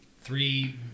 three